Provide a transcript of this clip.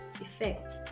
effect